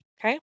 Okay